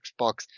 Xbox